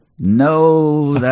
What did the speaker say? No